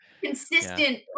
consistent